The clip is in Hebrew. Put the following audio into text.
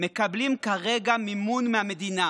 מקבלים כרגע מימון מהמדינה.